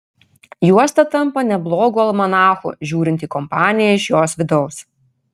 juosta tampa neblogu almanachu žiūrint į kompaniją iš jos vidaus